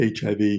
HIV